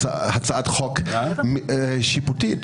הצעת חוק שיפוטית.